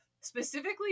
Specifically